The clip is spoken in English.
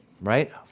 right